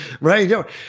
right